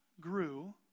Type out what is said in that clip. grew